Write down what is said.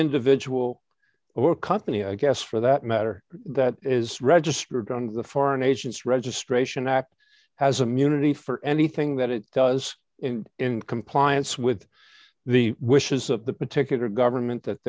individual or company i guess for that matter that is registered on the foreign agents registration act has a munity for anything that it does in in compliance with the wishes of the particular government that